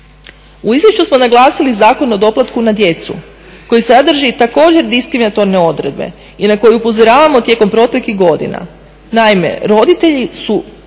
U izvješću smo naglasili Zakon o doplatku na djecu koji sadrži također diskriminatorne odredbe i na koji upozoravamo tijekom proteklih godina. Naime, roditelji su